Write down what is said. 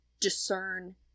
discern